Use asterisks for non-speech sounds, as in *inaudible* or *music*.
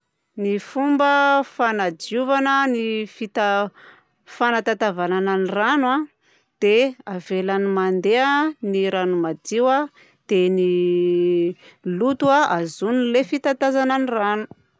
Ny fomba fanadiovana ny fita- fanatatavagnana ny rano dia avela mandeha ny rano madio a dia ny *hesitation* loto a hazonin'ilay fitatazana ny rano.